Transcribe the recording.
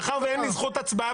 מאחר שאין לי זכות הצבעה